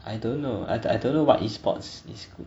I don't know I don't know what E sports is good